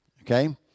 okay